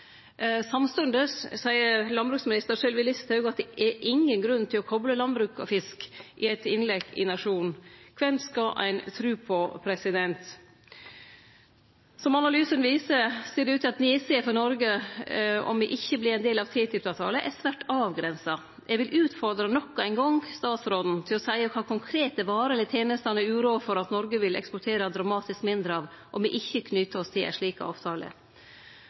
Samstundes seier landbruksminister Sylvi Listhaug i eit innlegg i Nationen at det er ingen grunn til å kople landbruk og fisk. Kven skal ein tru på? Som analysane viser, ser det ut til at nedsida for Noreg om me ikkje vert ein del av TTIP-avtalen, er svært avgrensa. Eg vil nok ein gong utfordre statsråden til å seie kva konkrete varer eller tenester han er uroa for at Noreg vil eksportere dramatisk mindre av om me ikkje knyter oss til ein slik